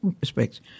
respects